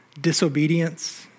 disobedience